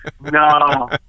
No